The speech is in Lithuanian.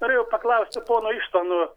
norėjau paklausti pono ištvano